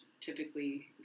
typically